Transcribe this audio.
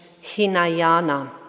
Hinayana